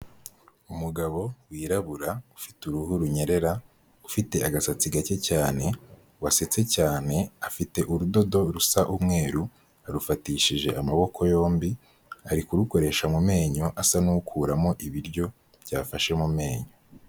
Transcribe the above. Umugabo wirabura ufite uruhu runyerera ufite agasatsi gake cyane wasetse cyane, afite urudodo rusa umweru arufatishije amaboko yombi, ari kurukoresha mu menyo asa n'ukuramo ibiryo byafashe mu menyo.